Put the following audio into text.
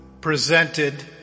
presented